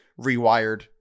rewired